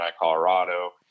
Colorado